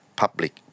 public